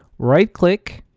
right-click,